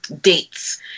Dates